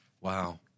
Wow